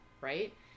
Right